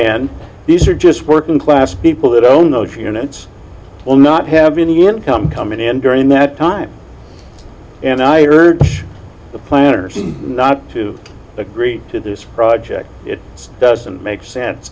end these are just working class people that own those units will not have any income coming in during that time and i urge the planners to agree to this project it doesn't make sense